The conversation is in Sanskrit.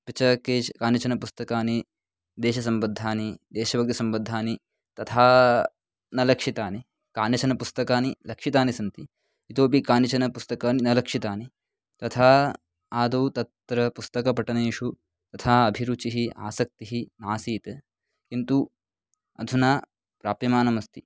अपि च केच् कानिचन पुस्तकानि देशसम्बद्धानि देशभक्तिसम्बद्धानि तथा न लक्षितानि कानिचन पुस्तकानि लक्षितानि सन्ति इतोपि कानिचन पुस्तकानि न लक्षितानि तथा आदौ तत्र पुस्तकपठनेषु तथा अभिरुचिः आसक्तिः नासीत् किन्तु अधुना प्राप्यमानमस्ति